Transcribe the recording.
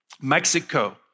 Mexico